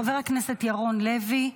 חבר הכנסת ירון לוי,